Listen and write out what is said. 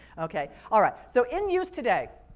okay, alright. so in use today,